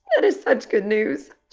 that is such good news.